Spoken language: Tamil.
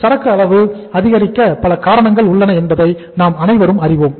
சரக்கு அளவு அதிகரிக்க பல காரணங்கள் உள்ளன என்பதை நாம் அனைவரும் அறிவோம்